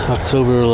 October